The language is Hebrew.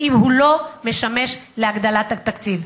אם הוא לא משמש להגדלת התקציב.